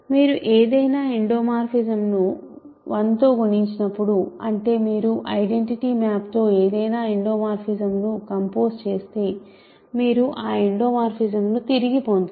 మీరు ఏదైనా ఎండోమోర్ఫిజమ్ను 1 తో గుణించినప్పుడు అంటే మీరు ఐడెంటిటి మ్యాప్ తో ఏదైనా ఎండోమోర్ఫిజమ్ను కంపోజ్ చేస్తే మీరు ఆ ఎండోమోర్ఫిజమ్ను తిరిగి పొందుతారు